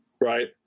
Right